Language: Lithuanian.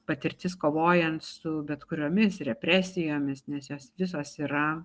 patirtis kovojant su bet kuriomis represijomis nes jos visos yra